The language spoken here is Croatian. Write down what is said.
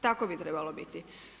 Tako bi trebalo biti.